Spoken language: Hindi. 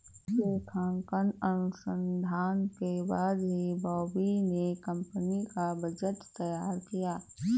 लेखांकन अनुसंधान के बाद ही बॉबी ने कंपनी का बजट तैयार किया